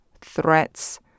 threats